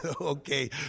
Okay